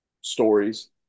stories